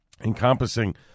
encompassing